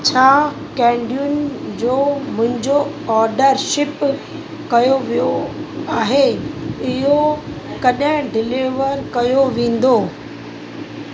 छा केंडियुनि जो मुंहिंजो ऑर्डर शिप कयो वियो आहे इहो कॾहिं डिलीवर कयो वेंदो